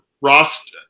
Ross